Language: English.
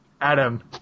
Adam